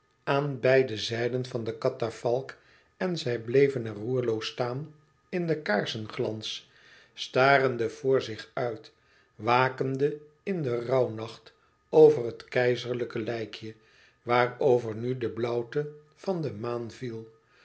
aan beide zijden van de katafalk en zij bleven er roerloos staan in den kaarsenglans starende voor zich uit wakende in den rouwnacht over het keizerlijke lijkje waarover nu de blauwte van de maan viel